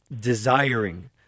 desiring